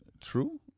True